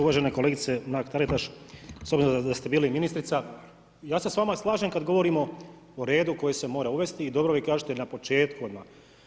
Uvažena kolegice Mark Taritaš, s obzirom da ste bili ministrica, ja se s vama slažem kada govorimo o redu koji se mora uvesti i dobro vi kažete na početku odmah.